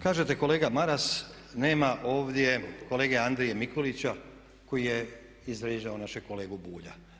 Kažete kolega Maras, nema ovdje kolege Andrije Mikulića koji je izvrijeđao našeg kolegu Bulja.